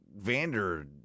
Vander